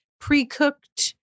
pre-cooked